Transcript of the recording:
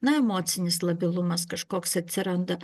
na emocinis labilumas kažkoks atsiranda